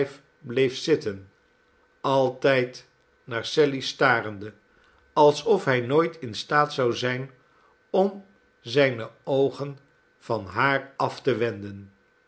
zitten altijd naar sally starende alsof hij nooit in staat zou zijn om zijne oogen van haar af te wenden